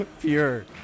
Pure